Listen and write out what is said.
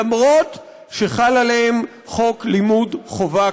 אף שחל עליהם חוק לימוד חובה,